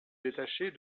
détacher